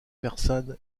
persane